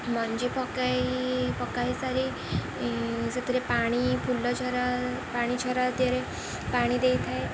ମଞ୍ଜି ପକାଇ ପକାଇ ସାରି ସେଥିରେ ପାଣି ଫୁଲଝରା ପାଣିଝରା ଦିହରେ ପାଣି ଦେଇଥାଏ